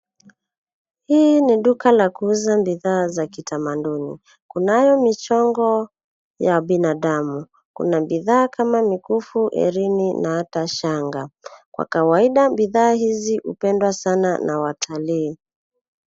Hii ni duka la kuuza bidhaa za kitamaduni. Kunayo michongo ya binadamu. Kuna bidhaa kama mikufu, herini na hata shanga. Kwa kawaida bidhaa hizi hupendwa sana na watalii.